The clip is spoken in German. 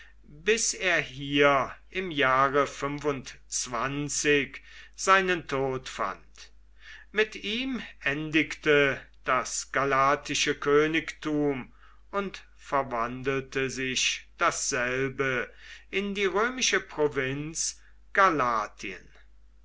bis er hier im jahre seinen tod fand mit ihm endigte das galatische königtum und verwandelte sich dasselbe in die römische provinz